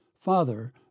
Father